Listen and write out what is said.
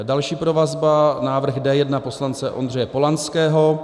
Další provazba návrh D1 poslance Ondřeje Polanského.